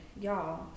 Y'all